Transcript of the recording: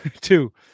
two